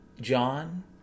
John